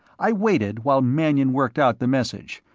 i waited while mannion worked out the message,